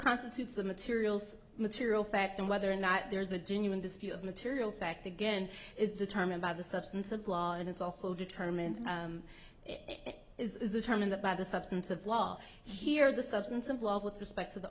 constitutes the materials material fact and whether or not there's a genuine dispute of material fact again is determined by the substance of law and it's also determined it is the term in the by the substance of law here the substance of law with respect to the